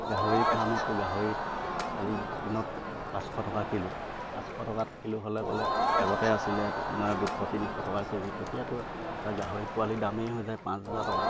গাহৰি ফাৰ্মতো গাহৰি দিনত পাঁচশ টকা কিলো পাঁচশ টকা কিলো হ'লে ক'লে আগতে আছিলে আপোনাৰ দুশ তিনিশ টকা কেজি তেতিয়াতো এটা গাহৰি পোৱালি দামেই হৈ যায় পাঁচ হাজাৰ টকা